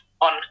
on